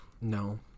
No